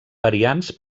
variants